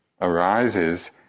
arises